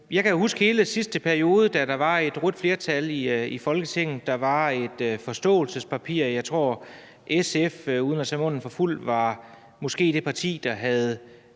Jeg kan huske hele sidste periode, da der var et rødt flertal i Folketinget; der var et forståelsespapir, og jeg tror, uden at tage munden for fuld, at SF måske var det parti af de